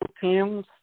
teams